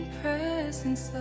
presence